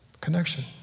Connection